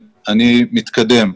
אני מתקדם.